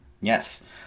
Yes